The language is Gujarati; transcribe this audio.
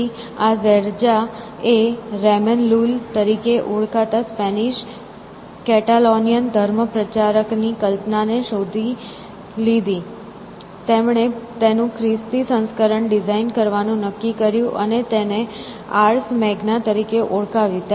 તેથી આ ઝૈરજા એ રેમન લુલ તરીકે ઓળખાતા સ્પેનિશ કેટાલોનીયન ધર્મપ્રચારક ની કલ્પનાને શોધી લીધી તેમણે તેનું ખ્રિસ્તી સંસ્કરણ ડિઝાઇન કરવાનું નક્કી કર્યું અને તેને આર્સ મેગ્ના તરીકે ઓળખાવ્યું